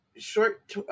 short